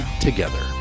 together